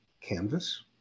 canvas